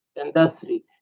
industry